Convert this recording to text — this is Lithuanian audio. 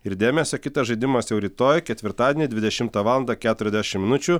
ir dėmesio kitas žaidimas jau rytoj ketvirtadienį dvidešimtą valandą keturiasdešim minučių